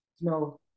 No